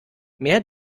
mehr